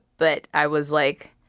but i was like,